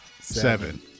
Seven